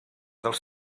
dels